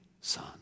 Son